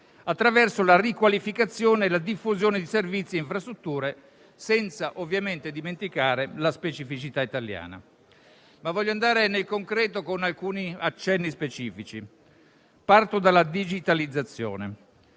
attraverso la riqualificazione e la diffusione di servizi e infrastrutture, senza ovviamente dimenticare la specificità italiana. Voglio però andare nel concreto con alcuni accenni specifici. Parto dalla digitalizzazione;